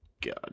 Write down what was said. God